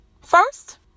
first